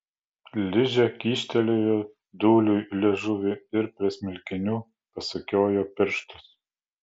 ližė kyštelėjo dūliui liežuvį ir prie smilkinių pasukiojo pirštus